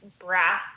brass